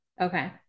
okay